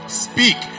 speak